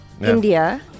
India